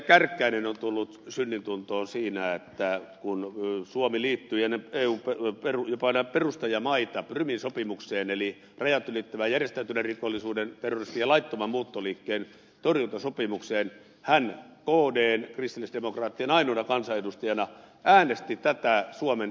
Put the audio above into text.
kärkkäinen on tullut synnintuntoon siinä että kun suomi liittyi jopa ennen eun perustajamaita prumin sopimukseen eli rajat ylittävän järjestäytyneen rikollisuuden terrorismin ja laittoman muuttoliikkeen torjuntasopimukseen hän kdn kristillisdemokraattien ainoana kansanedustajana äänesti tätä suomen liittymistä vastaan